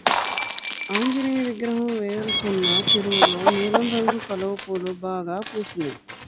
ఆంజనేయ విగ్రహం వెనకున్న చెరువులో నీలం రంగు కలువ పూలు బాగా పూసినియ్